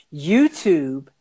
YouTube